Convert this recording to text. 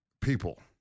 People